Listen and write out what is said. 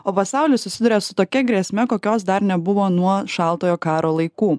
o pasaulis susiduria su tokia grėsme kokios dar nebuvo nuo šaltojo karo laikų